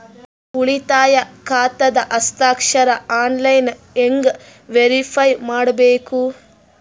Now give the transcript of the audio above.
ಉಳಿತಾಯ ಖಾತಾದ ಹಸ್ತಾಕ್ಷರ ಆನ್ಲೈನ್ ಹೆಂಗ್ ವೇರಿಫೈ ಮಾಡಬೇಕು?